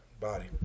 Body